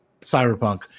cyberpunk